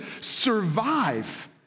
survive